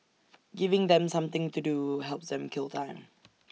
giving them something to do helps them kill time